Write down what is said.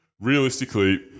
realistically –